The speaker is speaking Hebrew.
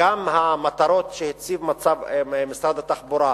גם המטרות שהציב משרד התחבורה,